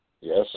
Yes